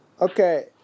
okay